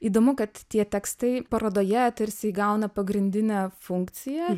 įdomu kad tie tekstai parodoje tarsi įgauna pagrindinę funkciją